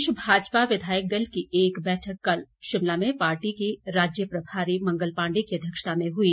प्रदेश भाजपा विधायक दल की एक बैठक कल शिमला में पार्टी के राज्य प्रभारी मंगल पांडे की अध्यक्षता में हुई